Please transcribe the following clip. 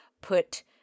put